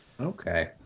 Okay